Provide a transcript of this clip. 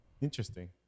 Interesting